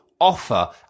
offer